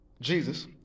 Jesus